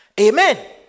Amen